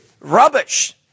rubbish